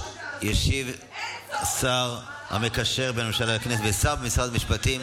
ישיב השר המקשר בין הממשלה לכנסת ושר במשרד המשפטים,